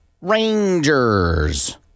Rangers